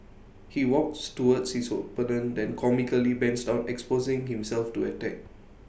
he walks towards his opponent then comically bends down exposing himself to attack